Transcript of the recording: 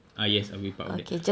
ah yes I will be part of that